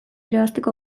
irabazteko